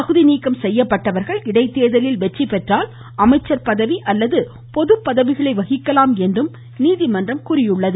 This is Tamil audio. தகுதி நீக்கம் செய்யப்பட்டவர்கள் இடைத்தேர்தலில் வெற்றி பெற்றால் அமைச்சர் பதவி அல்லது பொதுப் பதவிகளை வகிக்கலாம் என்று நீதிமன்றம் கூறியுள்ளது